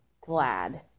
glad